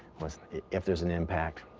was, if there's an impact,